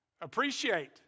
appreciate